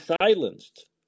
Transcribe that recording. silenced